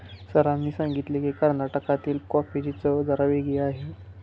सरांनी सांगितले की, कर्नाटकातील कॉफीची चव जरा वेगळी आहे